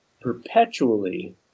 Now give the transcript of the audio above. perpetually